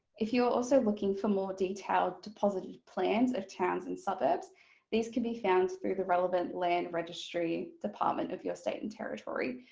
if you're also looking for more detailed deposited plans of towns and suburbs these can be found through the relevant land registry department of your state and territory.